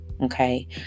Okay